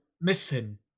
missing